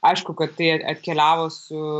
aišku kad tai atkeliavo su